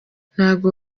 ntabwo